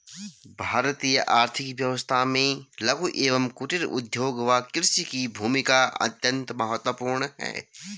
भारतीय आर्थिक व्यवस्था में लघु एवं कुटीर उद्योग व कृषि की भूमिका अत्यंत महत्वपूर्ण है